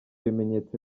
bimenyetso